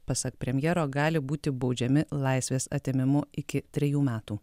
pasak premjero gali būti baudžiami laisvės atėmimu iki trejų metų